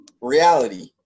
Reality